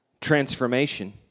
transformation